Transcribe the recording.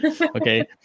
Okay